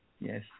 Yes